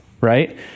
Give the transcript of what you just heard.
right